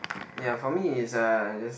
ya for me is uh just